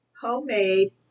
homemade